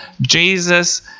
Jesus